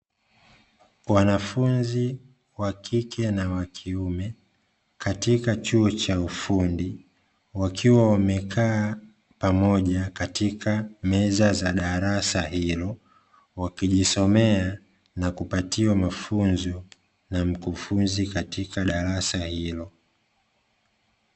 Wanafunzi wakike na wakiume katika chuo cha ufundi wakiwa wamekaa pamoja katika meza za darasa hilo, wakijisomea na kupatiwa mafunzo na mkufunzi katika darasa hilo.